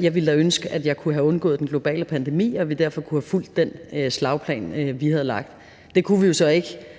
jeg ville da ønske, at jeg kunne have undgået den globale pandemi, og at vi derfor kunne have fulgt den slagplan, vi havde lagt. Det kunne vi jo så ikke,